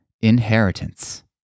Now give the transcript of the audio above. inheritance